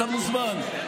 אז אתה לא מוכן לחזור.